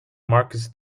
marcus